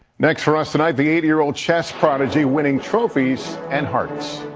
next for us tonight, the eight year old chess prodigy winning trophies and hearts.